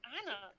Anna